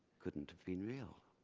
couldn't have been real.